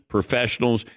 Professionals